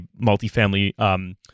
multifamily